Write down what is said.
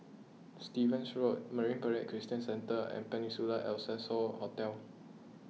Stevens Road Marine Parade Christian Centre and Peninsula Excelsior Hotel